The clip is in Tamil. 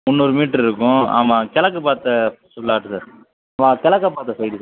முந்நூறு மீட்ரு இருக்கும் ஆமாம் கிழக்குப் பாத்த ப்ளாட்டு சார் ஆ கிழக்க பார்த்த சைட்டு சார்